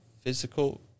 physical